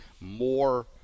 more